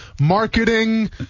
marketing